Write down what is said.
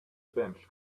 bench